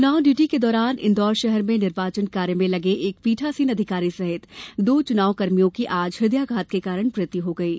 चुनाव ड्यूटी के दौरान इंदौर शहर में निर्वाचन कार्य में लगे एक पीठासीन अधिकारी सहित दो चुनाव कर्मियों की आज हृदयाघात के कारण मृत्यु हो गयी